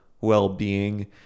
well-being